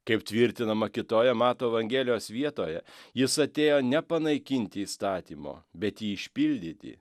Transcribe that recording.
kaip tvirtinama kitoje mato evangelijos vietoje jis atėjo ne panaikinti įstatymo bet jį išpildyti